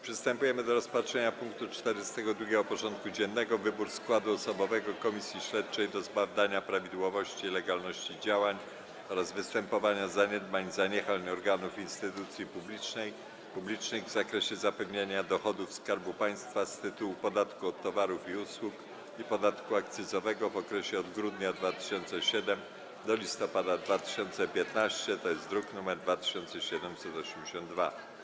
Przystępujemy do rozpatrzenia punktu 42. porządku dziennego: Wybór składu osobowego Komisji Śledczej do zbadania prawidłowości i legalności działań oraz występowania zaniedbań i zaniechań organów i instytucji publicznych w zakresie zapewnienia dochodów Skarbu Państwa z tytułu podatku od towarów i usług i podatku akcyzowego w okresie od grudnia 2007 r. do listopada 2015 r. (druk nr 2782)